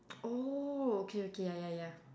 oh okay okay ya ya ya